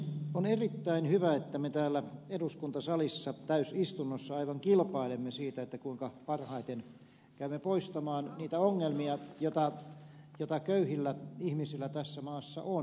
on erittäin hyvä että me täällä eduskuntasalissa täysistunnossa aivan kilpailemme siitä kuinka parhaiten käymme poistamaan niitä ongelmia joita köyhillä ihmisillä tässä maassa on